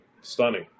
stunning